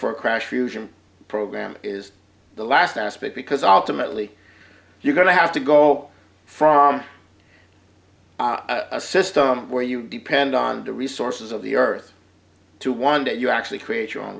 for a crash fusion program is the last aspect because ultimately you're going to have to go from a system where you depend on the resources of the earth to one day you actually create your own